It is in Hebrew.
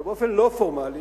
אבל באופן לא פורמלי